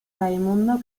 raimundo